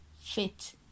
fit